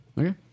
Okay